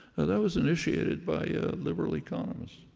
that was initiated by liberal economists,